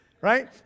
right